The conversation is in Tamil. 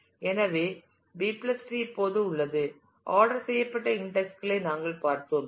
எனவே பி டிரீ B tree இப்போது உள்ளது ஆர்டர் செய்யப்பட்ட இன்டெக்ஸ் களை நாங்கள் பார்த்தோம்